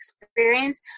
experience